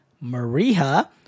Maria